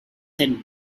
and